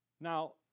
Now